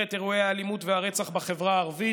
את אירועי האלימות והרצח בחברה הערבית.